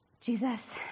Jesus